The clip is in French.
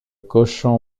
cochon